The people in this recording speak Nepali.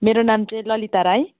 मेरो नाम चाहिँ ललिता राई